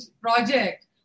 project